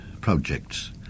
projects